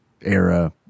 era